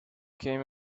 came